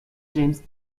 james